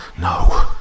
No